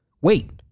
wait